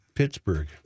Pittsburgh